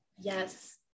Yes